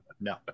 No